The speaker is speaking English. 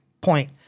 point